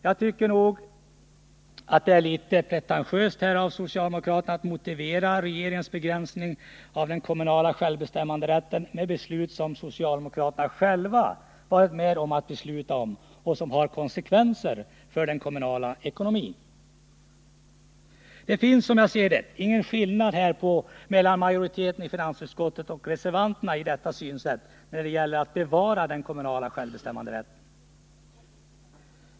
Jag tycker det är litet väl pretentiöst av socialdemokraterna att motivera en begränsning av den kommunala självbestämmanderätten med beslut som socialdemokraterna själva varit med om att få fatta och som har konsekven ser för den kommunala ekonomin. Det finns, som jag ser det, ingen skillnad i synsätt mellan majoriteten i finansutskottet och reservanterna när det gäller att bevara den kommunala självbestämmanderätten.